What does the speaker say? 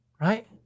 Right